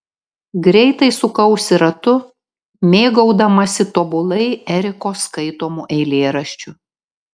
greitai sukausi ratu mėgaudamasi tobulai eriko skaitomu eilėraščiu